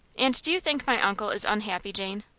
and do you think my uncle is unhappy, jane?